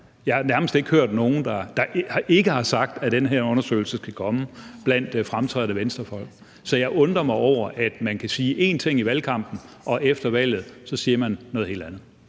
Jeg har nærmest ikke hørt nogen, der ikke har sagt, at den her undersøgelse skal komme, blandt fremtrædende Venstrefolk. Så jeg undrer mig over, at man kan sige én ting i valgkampen og efter valget siger man noget helt andet.